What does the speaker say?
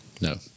No